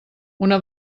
una